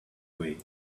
way